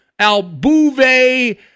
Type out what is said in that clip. Albuve